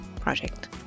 project